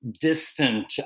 distant